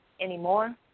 anymore